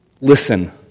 listen